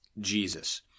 Jesus